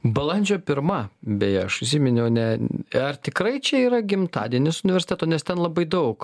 balandžio pirma beje aš užsiminiau ne ar tikrai čia yra gimtadienis universiteto nes ten labai daug